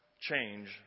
change